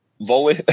volley